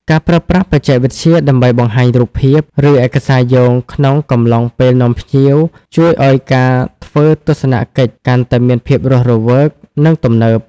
ការប្រើប្រាស់បច្ចេកវិទ្យាដើម្បីបង្ហាញរូបភាព ឬឯកសារយោងក្នុងកំឡុងពេលនាំភ្ញៀវ ជួយឱ្យការធ្វើទស្សនកិច្ចកាន់តែមានភាពរស់រវើក និងទំនើប។